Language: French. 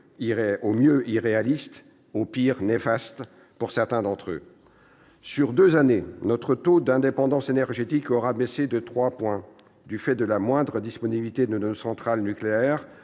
au mieux irréalistes, au pire néfastes pour certains d'entre eux. Sur ces deux années, notre taux d'indépendance énergétique aura baissé de trois points du fait de la moindre disponibilité de nos centrales nucléaires,